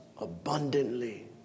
abundantly